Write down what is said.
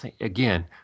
Again